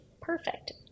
perfect